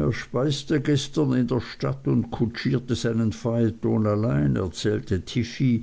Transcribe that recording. er speiste gestern in der stadt und kutschierte seinen phaeton allein erzählte tiffey